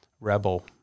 rebel